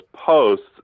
posts